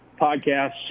Podcasts